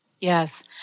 Yes